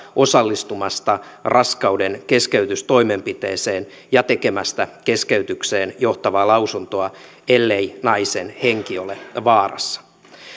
osallistumasta raskaudenkeskeytystoimenpiteeseen ja tekemästä keskeytykseen johtavaa lausuntoa ellei naisen henki ole vaarassa